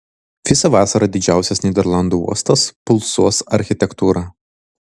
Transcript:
visą vasarą didžiausias nyderlandų uostas pulsuos architektūra